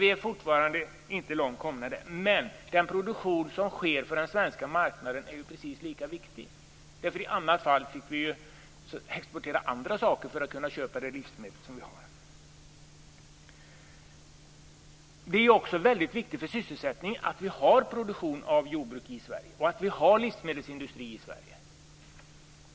Vi är fortfarande inte långt komna där, men den produktion som sker för den svenska marknaden är ju precis lika viktig. Om vi inte hade den skulle vi ju få exportera andra saker för att kunna köpa de livsmedel som vi har. Det är också väldigt viktigt för sysselsättningen att vi har livsmedelsindustri och jordbruksproduktion i Sverige.